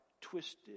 twisted